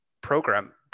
program